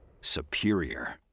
Superior